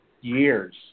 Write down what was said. years